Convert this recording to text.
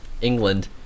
england